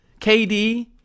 kd